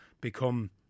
become